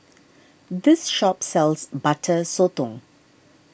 this shop sells Butter Sotong